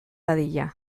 dadila